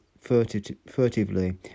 furtively